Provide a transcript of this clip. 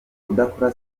kudakora